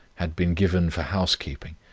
had been given for house-keeping,